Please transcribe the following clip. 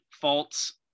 faults